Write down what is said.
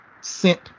sent